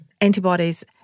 antibodies